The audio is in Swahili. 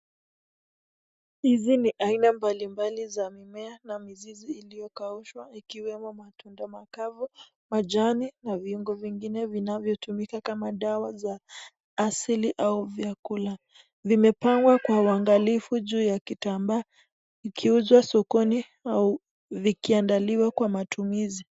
Hizi ni aina mbalimbali za mimea na mizizi iliyokaushwa ikiwemo matunda makali majani na viungo vingine vinavyotumika kama dawa za asili au vyakula, vimepangwa kwa uangalifu juu kitambaa vikiuzwa sokoni au vikiandaliwa kwa matumizi.